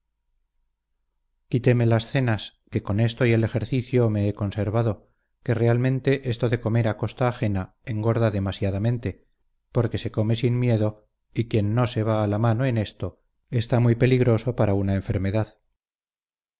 presto quitéme las cenas que con esto y el ejercicio me he conservado que realmente esto de comer a costa ajena engorda demasiadamente porque se come sin miedo y quien no se va a la mano en esto está muy peligroso para una enfermedad